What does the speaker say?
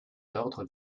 d’ordre